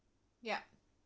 yup